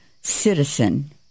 citizen